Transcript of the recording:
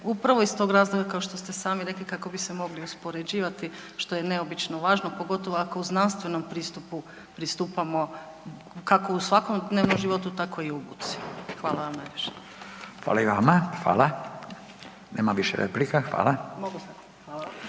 upravo iz tog razloga kao što ste sami rekli kako bi se mogli uspoređivati što je neobično važno, pogotovo ako u znanstvenom pristupu pristupamo kako u svakodnevnom životu, tako i u buci. Hvala vam najljepša. **Radin, Furio (Nezavisni)** Hvala i vama, hvala.